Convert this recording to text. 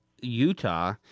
Utah